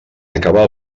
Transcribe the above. acabar